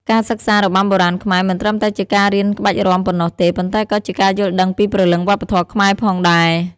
ការសិក្សារបាំបុរាណខ្មែរ មិនត្រឹមតែជាការរៀនក្បាច់រាំប៉ុណ្ណោះទេ ប៉ុន្តែក៏ជាការយល់ដឹងពីព្រលឹងវប្បធម៌ខ្មែរផងដែរ។